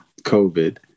COVID